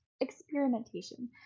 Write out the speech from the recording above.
experimentation